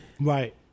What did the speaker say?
Right